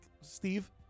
Steve